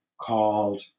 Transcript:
called